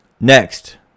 Next